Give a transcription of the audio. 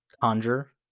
conjure